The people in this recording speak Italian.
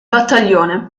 battaglione